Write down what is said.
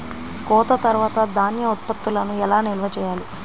కోత తర్వాత ధాన్య ఉత్పత్తులను ఎలా నిల్వ చేయాలి?